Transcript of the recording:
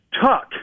tuck